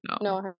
no